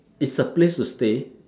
it's a place to stay